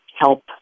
help